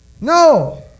No